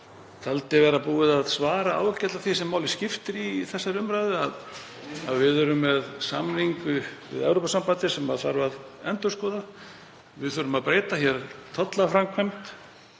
taldi að búið væri að svara því ágætlega sem máli skiptir í þessari umræðu, að við erum með samning við Evrópusambandið sem þarf að endurskoða. Við þurfum að breyta hér tollaframkvæmd.